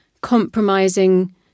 compromising